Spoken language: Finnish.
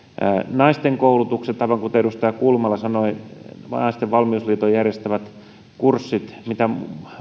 naisten koulutukset aivan kuten edustaja kulmala sanoi naisten valmiusliiton järjestämät kurssit mitä